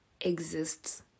exists